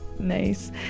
Nice